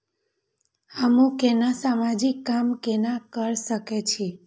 हमू केना समाजिक काम केना कर सके छी?